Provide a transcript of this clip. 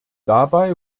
dabei